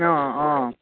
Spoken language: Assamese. অঁ অঁ